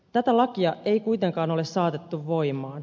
tätä lakia ei kuitenkaan ole saatettu voimaan